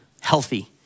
healthy